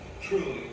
truly